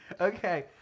Okay